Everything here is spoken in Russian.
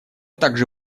также